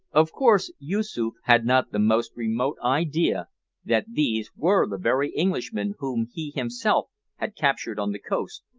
of course yoosoof had not the most remote idea that these were the very englishmen whom he himself had captured on the coast,